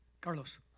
Carlos